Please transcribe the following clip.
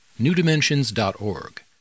newdimensions.org